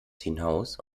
hinaus